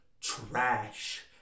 trash